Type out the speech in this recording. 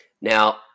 now